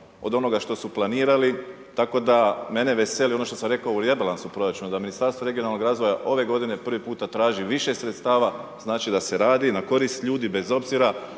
od onoga što su planirali, tako da mene veseli ono što sam rekao u rebalansu proračuna da Ministarstvo regionalnog razvoja ove godine prvi puta traži više sredstava, znači da se radi na korist ljudi bez obzira